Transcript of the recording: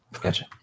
Gotcha